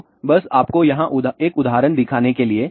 तो बस आपको यहां एक उदाहरण दिखाने के लिए